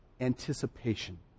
anticipation